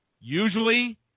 Usually